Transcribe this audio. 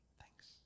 Thanks